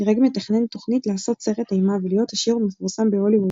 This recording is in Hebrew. גרג מתכנן תוכנית לעשות סרט אימה ולהיות עשיר ומפורסם בהוליווד.